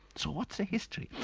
so what's the history?